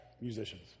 musicians